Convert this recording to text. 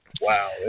Wow